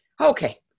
okay